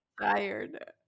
tired